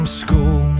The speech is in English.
school